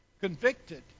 convicted